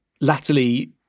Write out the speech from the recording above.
latterly